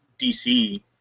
DC